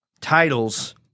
Titles